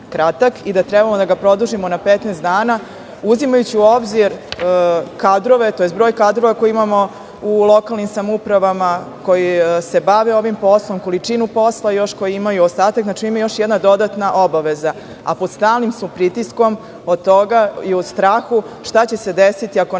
i da treba da ga produžimo na 15 dana, uzimajući u obzir kadrove, tj. broj kadrova koje imamo u lokalnim samoupravama koji se bave ovim poslovima, količinom posla koji imaju. To im je još jedna dodatna obaveza, a pod stalnim su pritiskom i u strahu od toga šta će se desiti ako naprave